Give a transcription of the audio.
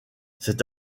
cet